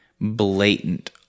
blatant